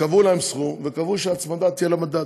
קבעו להם סכום וקבעו שההצמדה תהיה למדד,